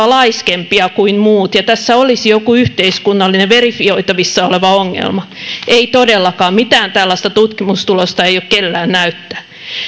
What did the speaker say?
laiskempia kuin muut ja tässä olisi joku yhteiskunnallinen verifioitavissa oleva ongelma ei todellakaan mitään tällaista tutkimustulosta ei ole kellään näyttää